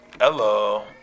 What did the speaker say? Hello